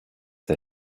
der